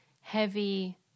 heavy